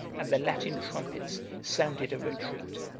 and the latin trumpets sounded a retreat.